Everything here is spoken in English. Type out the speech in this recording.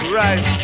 right